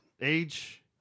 age